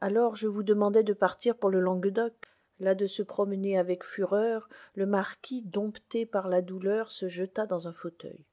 alors je vous demandai de partir pour le languedoc las de se promener avec fureur le marquis dompté par la douleur se jeta dans un fauteuil